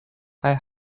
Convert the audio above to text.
kaj